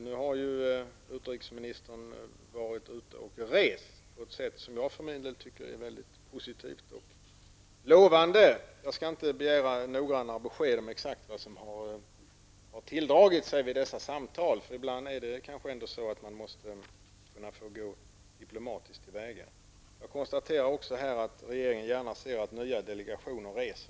Nu har utrikesministern varit ute och rest på ett sätt som jag för min del tycker är mycket positivt och lovande. Jag skall inte begära noggranna besked om exakt vad som har tilldragit sig vid dessa samtal. Ibland måste man kanske få gå diplomatiskt till väga. Jag konstaterar också att regeringen gärna ser att nya delegationer reser.